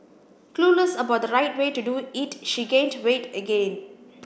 clueless about the right way to do it she gained weight again